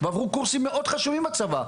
ועברו קורסים מאוד חשובים בצבא.